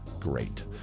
great